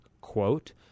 Quote